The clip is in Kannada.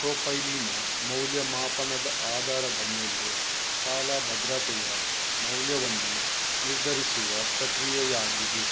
ಪ್ರೊಫೈಲಿನ ಮೌಲ್ಯಮಾಪನದ ಆಧಾರದ ಮೇಲೆ ಸಾಲ ಭದ್ರತೆಯ ಮೌಲ್ಯವನ್ನು ನಿರ್ಧರಿಸುವ ಪ್ರಕ್ರಿಯೆಯಾಗಿದೆ